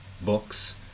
books